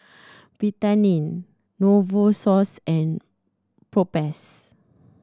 Betadine Novosource and Propass